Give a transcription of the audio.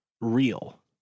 real